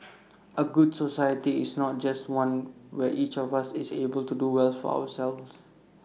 A good society is not just one where each of us is able to do well for ourselves